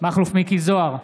מכלוף מיקי זוהר,